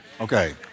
Okay